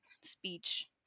speech